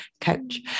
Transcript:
coach